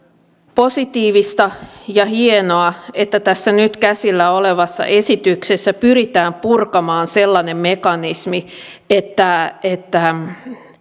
positiivista ja hienoa että tässä nyt käsillä olevassa esityksessä pyritään purkamaan sellainen mekanismi että että